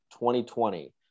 2020